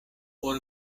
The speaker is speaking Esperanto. por